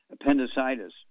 appendicitis